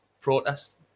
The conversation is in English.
protest